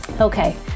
Okay